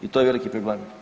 I to je veliki problem.